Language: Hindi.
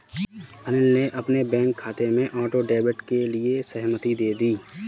अनिल ने अपने बैंक खाते में ऑटो डेबिट के लिए सहमति दे दी